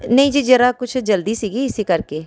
ਨਹੀਂ ਜੀ ਜ਼ਰਾ ਕੁਛ ਜਲਦੀ ਸੀਗੀ ਇਸ ਕਰਕੇ